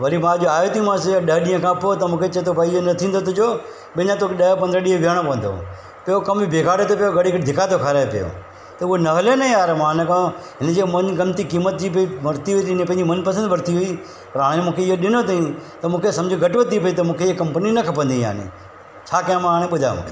वरी मां अॼु आयो थी मांसि ॾह ॾींहं खां पोइ त मूंखे चए थो बई हे न थींदो तुंहिंजो बई न तोखे ॾह पंदरहां ॾींहं विहणो पवंदो ॿियो कमु बि बिगाड़े थो पयो घड़ी घड़ी धिका थो खाराए पयो त हुअ न वेले न यारु मां हिन खां हिन जे मनगंत जी क़ीमत जी बई वरिती हुजे न पंहिंजे मन पसंदि वरिती हुई पर हाणे मूंखे हीअ ॾिनो अथईं त मूंखे सम्झ घटि वधि थी पए त मूंखे इअ कंपनी खपंदी हुई हाणे छा कयां हाणे ॿुधायो बि तव्हां